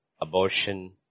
abortion